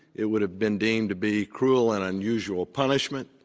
it would have been deemed to be cruel and unusual punishment,